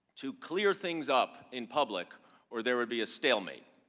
to clear things up in public or there could be a stalemate.